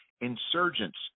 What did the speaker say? insurgents